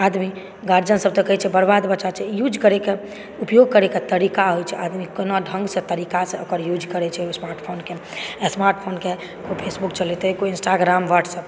आदमी गार्जियन सब तऽ कहै छै बर्बाद बच्चा छै युज करयके उपयोग करयके तरीका होइ छै आदमी कोना ढ़ंगसँ तरीकासँ ओकर युज करै छै स्मार्टफोनके कोई फेसबुक चलेतै कोई इन्स्टाग्राम वाट्सएप्प